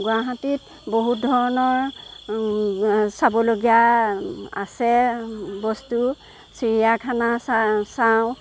গুৱাহাটীত বহুত ধৰণৰ চাবলগীয়া আছে বস্তু চিৰিয়াখানা চা চাওঁ